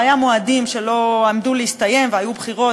והיו מועדים שעמדו להסתיים והיו בחירות